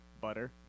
butter